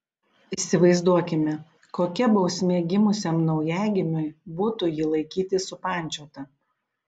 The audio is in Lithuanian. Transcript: įsivaizduokime kokia bausmė gimusiam naujagimiui būtų jį laikyti supančiotą